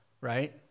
right